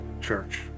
Church